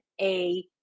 a-